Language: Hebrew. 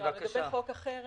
לגבי חוק החרם,